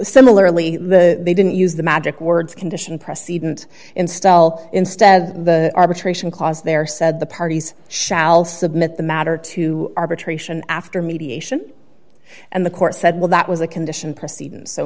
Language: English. similarly the they didn't use the magic words condition precedent in style instead the arbitration clause there said the parties shall submit the matter to arbitration after mediation and the court said well that was a condition proceeding so